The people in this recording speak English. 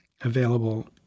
available